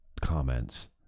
comments